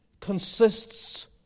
consists